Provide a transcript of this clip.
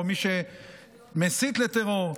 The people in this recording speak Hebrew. או מי שמסית לטרור?